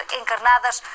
encarnadas